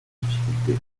difficulté